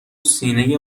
سینه